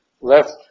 left